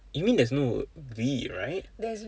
you mean there's no V right